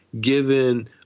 given